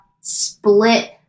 split